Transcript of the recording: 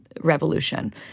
revolution